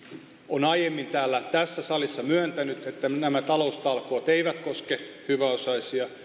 on aiemmin tässä salissa myöntänyt että nämä taloustalkoot eivät koske hyväosaisia